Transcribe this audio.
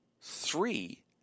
three